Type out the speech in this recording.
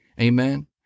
Amen